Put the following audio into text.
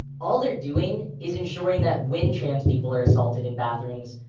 all they're doing is ensuring that when trans people are assaulted in bathrooms,